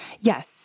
Yes